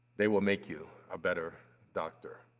they will make you a better doctor.